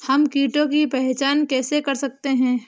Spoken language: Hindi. हम कीटों की पहचान कैसे कर सकते हैं?